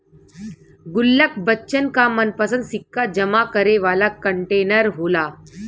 गुल्लक बच्चन क मनपंसद सिक्का जमा करे वाला कंटेनर होला